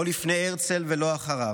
"לא לפני הרצל ולא אחרי כן,